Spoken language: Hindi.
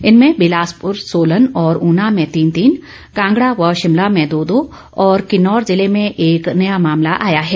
इनमें बिलासपुर सोलन और ऊना में तीन तीन कांगड़ा व शिमला में दो दो और किन्नौर जिले में एक नया मामला आया है